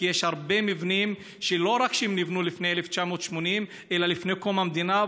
כי יש הרבה מבנים שנבנו לא רק לפני 1980 אלא לפני קום המדינה.